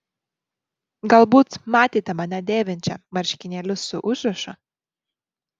galbūt matėte mane dėvinčią marškinėlius su užrašu